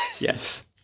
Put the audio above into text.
yes